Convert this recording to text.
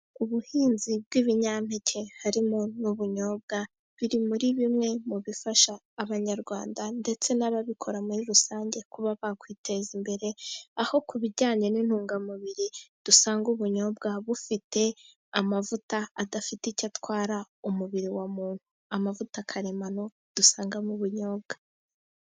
Ubuhinzi bw'ibinyampeke harimo n'ubunyobwa biri muri bimwe mu bifasha abanyarwanda ndetse n'ababikora muri rusange kuba bakwiteza imbere, aho ku bijyanye n'intungamubiri dusanga ubunyobwa bufite amavuta adafite icyo atwara umubiri wa muntu, amavuta karemano dusanga mu ubunyobwa.